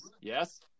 Yes